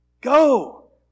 go